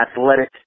athletic